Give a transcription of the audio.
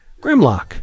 Grimlock